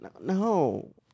no